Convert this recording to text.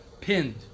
pinned